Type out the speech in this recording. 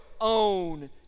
own